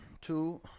two